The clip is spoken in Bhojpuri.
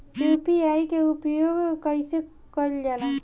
यू.पी.आई के उपयोग कइसे कइल जाला?